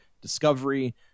Discovery